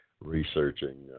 researching